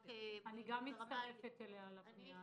אני גם מצטרפת אליה לפנייה הזאת.